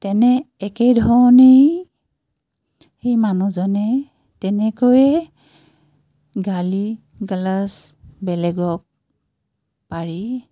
তেনে একেধৰণেই সেই মানুহজনে তেনেকৈয়ে গালি গালাজ বেলেগক পাৰি